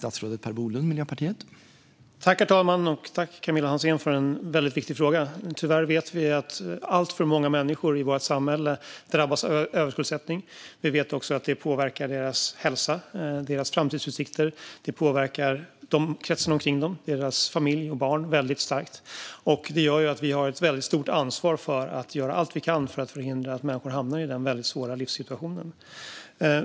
Herr talman! Tack, Camilla Hansén, för en väldigt viktig fråga! Vi vet vi att alltför många människor i vårt samhälle tyvärr drabbas av överskuldsättning. Vi vet också att det påverkar deras hälsa och deras framtidsutsikter. Det påverkar kretsen omkring dem, deras familj och barn, väldigt starkt. Det gör att vi har ett väldigt stort ansvar för att göra allt vi kan för att förhindra att människor hamnar i den väldigt svåra livssituationen.